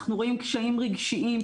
אנחנו רואים קשיים רגשיים,